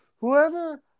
Whoever